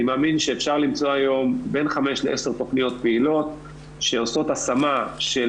אני מאמין שאפשר למצוא היום בין 5 ל-10 תכניות פעילות שעושות השמה של